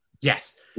Yes